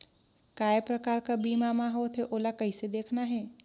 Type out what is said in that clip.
काय प्रकार कर बीमा मा होथे? ओला कइसे देखना है?